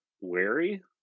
wary